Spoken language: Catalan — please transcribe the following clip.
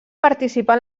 participar